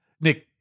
Nick